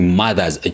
mothers